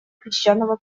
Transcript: песчаного